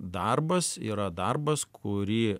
darbas yra darbas kurį